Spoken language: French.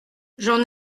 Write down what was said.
j’en